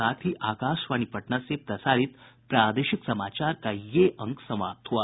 इसके साथ ही आकाशवाणी पटना से प्रसारित प्रादेशिक समाचार का ये अंक समाप्त हुआ